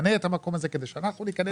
יפנה את המקום הזה כדי שאנחנו ניכנס.